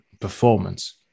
performance